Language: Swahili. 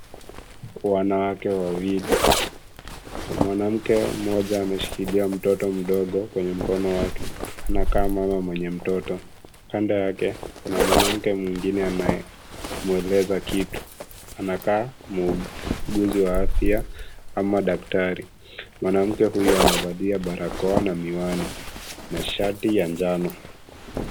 Wanawake wawili, mwanamke mmoja ameshikilia mtoto mdogo kwenye mkono wake. Anakaa mama mwenye mtoto. Kando yake, kuna mwanamke mwingine anayemweleza kitu. Anakaa muguzi wa afya ama daktari. Mwanamke huyu amevalia barakoa na miwani na shati ya njano.